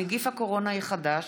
נגיף הקורונה החדש)